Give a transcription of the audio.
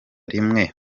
rimwe